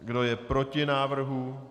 Kdo je proti návrhu?